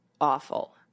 awful